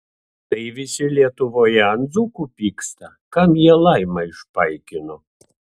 tai visi lietuvoje ant dzūkų pyksta kam jie laimą išpaikino